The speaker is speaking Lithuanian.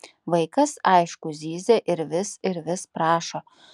vaikas aišku zyzia ir vis ir vis prašo